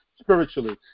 spiritually